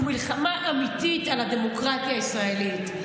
הוא מלחמה אמיתית על הדמוקרטיה הישראלית.